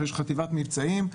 יש חטיבת מבצעים,